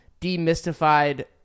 demystified